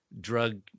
drug